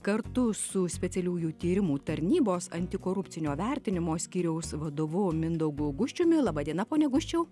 kartu su specialiųjų tyrimų tarnybos antikorupcinio vertinimo skyriaus vadovu mindaugu guščiumi laba diena ponia guščiau